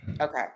Okay